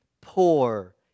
poor